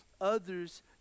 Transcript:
others